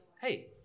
hey